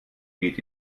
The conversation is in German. geht